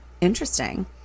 Interesting